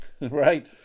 Right